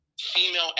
female